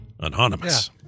Anonymous